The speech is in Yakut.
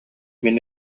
мин